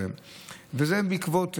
זה בעקבות תשתיות,